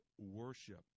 worship